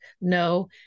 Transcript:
No